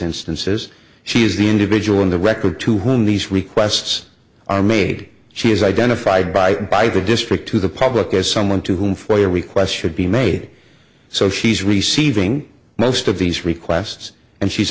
instances she is the individual in the record to whom these requests are made she is identified by by the district to the public as someone to whom foia requests should be made so she's receiving most of these requests and she's